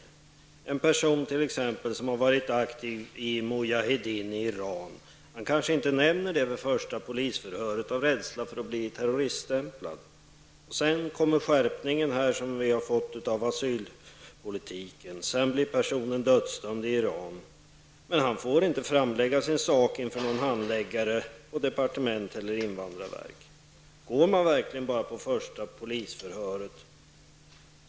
Det kan ju handla om en person som har varit aktiv i mujahedin i Iran. Kanske nämner vederbörande inte detta vid det första polisförhöret av rädsla för att bli terroriststämplad. Sedan har det ju skett en skärpning av asylpolitiken. Den här personen blir senare dömd till döden i Iran. Men vederbörande får inte framlägga sin sak inför någon handläggare på vare sig det berörda departementet eller hos invandrarverket. Rättar man sig verkligen endast efter det första polisförhöret?